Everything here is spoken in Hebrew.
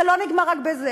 זה לא נגמר רק בזה.